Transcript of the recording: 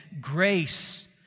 grace